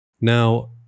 Now